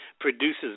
produces